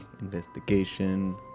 investigation